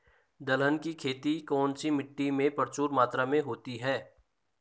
दलहन की खेती कौन सी मिट्टी में प्रचुर मात्रा में होती है?